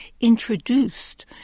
introduced